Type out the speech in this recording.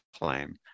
claim